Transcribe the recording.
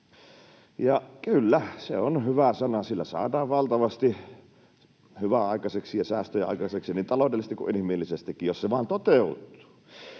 Kyllä, se on hyvä sana, sillä saadaan valtavasti hyvää aikaiseksi ja säästöjä aikaiseksi, niin taloudellisesti kuin inhimillisestikin, jos se vain toteutuu.